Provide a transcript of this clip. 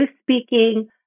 speaking